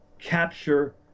capture